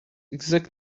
exactly